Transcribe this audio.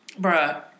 Bruh